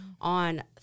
on